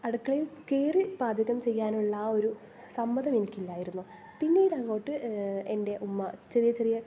അടുക്കളയിൽ കയറി പാചകം ചെയ്യാനുള്ള ആ ഒരു സമ്മതം എനിക്കില്ലായിരുന്നു പിന്നീടങ്ങോട്ട് എൻ്റെ ഉമ്മ ചെറിയ ചെറിയ